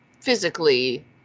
physically